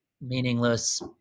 meaningless